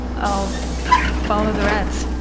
um i'll follow the rats.